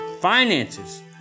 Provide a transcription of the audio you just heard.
finances